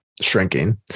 shrinking